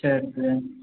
छः रुपिए